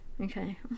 okay